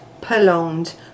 prolonged